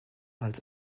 als